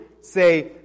say